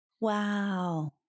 Wow